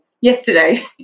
yesterday